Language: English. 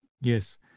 yes